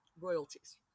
royalties